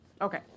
Okay